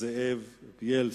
זאב בילסקי.